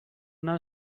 know